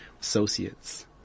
associates